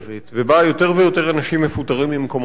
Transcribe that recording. ובה יותר ויותר אנשים מפוטרים ממקומות עבודה,